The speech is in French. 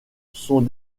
sont